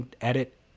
edit